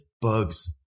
bugs